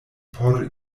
por